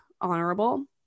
honorable